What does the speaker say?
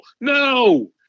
No